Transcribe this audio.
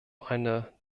eine